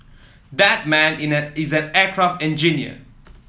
that man in an is an aircraft engineer